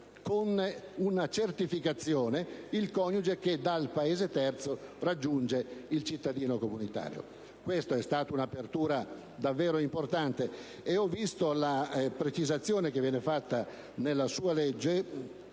con una certificazione, che da un Paese terzo raggiunge il cittadino comunitario. Questa è stata un'apertura davvero importante e ho visto la precisazione che viene fatta nel